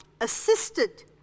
assisted